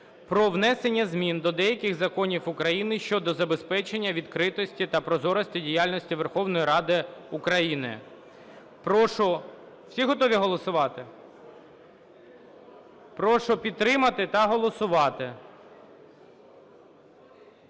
про внесення змін до деяких законів України щодо забезпечення відкритості та прозорості діяльності Верховної Ради України. Прошу… Всі готові голосувати? Прошу підтримати та голосувати.